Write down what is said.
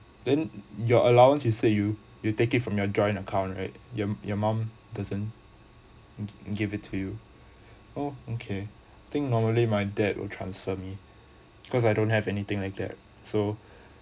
then your allowance he said you you take it from your joint account right you your mum doesn't give it to you oh okay think normally my dad will transfer me cause I don't have anything like that so